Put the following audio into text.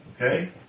Okay